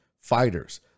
fighters